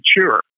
sure